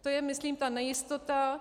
To je myslím ta nejistota.